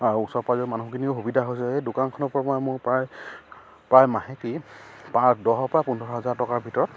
আৰু ওচৰ পাঁজৰে মানুহখিনিয়ো সুবিধা হৈছে সেই দোকানখনৰ পৰাই মোৰ প্ৰায় প্ৰায় মাহেকে পাঁচ দহৰ পৰা পোন্ধৰ হাজাৰ টকাৰ ভিতৰত